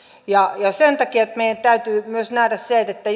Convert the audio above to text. sen takia meidän täytyy myös nähdä se että